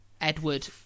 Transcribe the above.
Edward